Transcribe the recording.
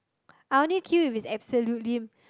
I only queue if it is absolutely